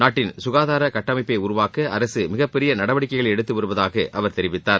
நாட்டில் சுகாதார கட்டமைப்பை உருவாக்க அரசு மிகப்பெரிய நடவடிக்கைகளை எடுத்து வருவதாக அவர் தெரிவித்தார்